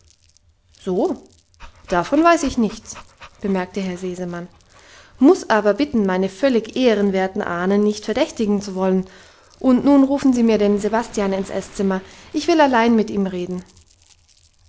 so davon weiß ich nichts bemerkte herr sesemann muss aber bitten meine völlig ehrenwerten ahnen nicht verdächtigen zu wollen und nun rufen sie mir den sebastian ins esszimmer ich will allein mit ihm reden